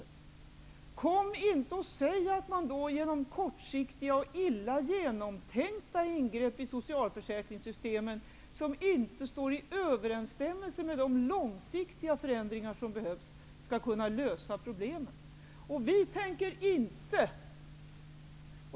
Kom då inte och säg att man genom kortsiktiga och illa genomtänkta in grepp i socialförsäkringssystemen, som inte står i överensstämmelse med de långsiktiga föränd ringar som behövs, skall kunna lösa problemen.